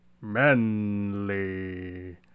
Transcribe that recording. manly